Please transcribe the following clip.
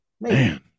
man